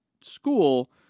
school